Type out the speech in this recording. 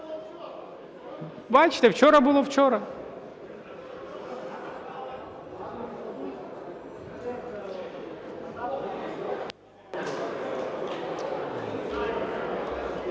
Бачте, вчора було вчора.